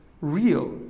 Real